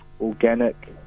Organic